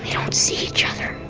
don't see each other.